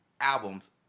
albums